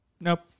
Nope